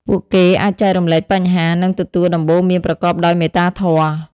ពួកគេអាចចែករំលែកបញ្ហា និងទទួលដំបូន្មានប្រកបដោយមេត្តាធម៌។